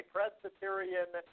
Presbyterian